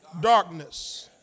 darkness